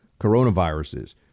coronaviruses